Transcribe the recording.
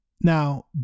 now